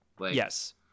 Yes